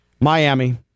Miami